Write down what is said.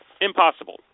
Impossible